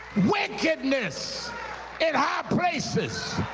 wickedness in high places.